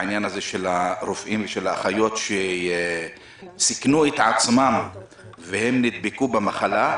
בעניין הרופאים והאחיות שסיכנו את עצמם ונדבקו במחלה.